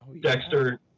Dexter